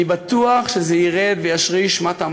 אני בטוח שזה ירד וישתרש מטה.